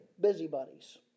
busybodies